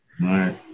right